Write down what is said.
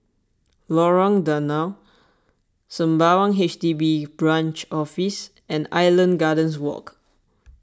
Lorong Danau Sembawang H D B Branch Office and Island Gardens Walk